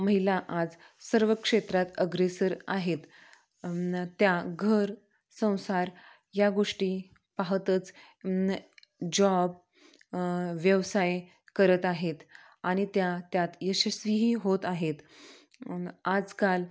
महिला आज सर्व क्षेत्रात अग्रेसर आहेत त्या घर संसार या गोष्टी पाहतच न जॉब व्यवसाय करत आहेत आणि त्या त्यात यशस्वीही होत आहेत आजकाल